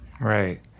Right